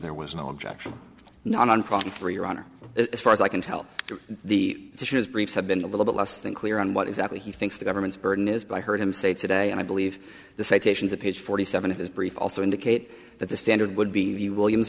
there was no objection nonprofit for your honor as far as i can tell the dishes briefs have been a little bit less than clue on what exactly he thinks the government's burden is by heard him say today and i believe the citations of page forty seven of his brief also indicate that the standard would be the williams